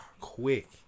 quick